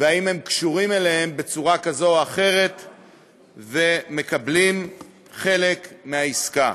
והאם הם קשורים אליהם בצורה כזו או אחרת ומקבלים חלק מהעסקה.